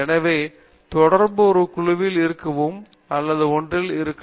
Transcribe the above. எனவே தொடர்பு ஒரு குழுவில் இருக்கலாம் அல்லது ஒன்றில் ஒன்று இருக்கலாம்